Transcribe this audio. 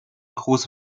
große